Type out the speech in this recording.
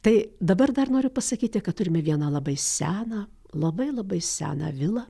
tai dabar dar noriu pasakyti kad turime vieną labai seną labai labai seną vilą